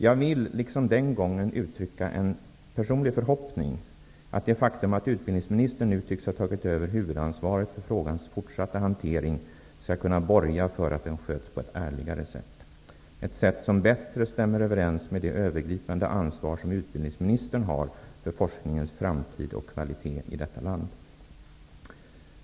Jag vill nu, liksom den gången, uttrycka en personlig förhoppning att det faktum att utbildningsministern nu tycks ha tagit över huvudansvaret för frågans fortsatta hantering skall kunna borga för att den sköts på ett ärligare sätt, dvs. ett sätt som bättre stämmer överens med det övergripande ansvar som utbildningsministern har för forskningens framtid och kvalitet i detta land.